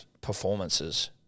performances